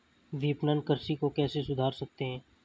विपणन कृषि को कैसे सुधार सकते हैं?